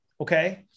okay